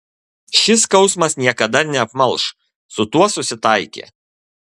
šis skausmas niekada neapmalš su tuo susitaikė